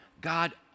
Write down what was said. God